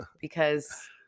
because-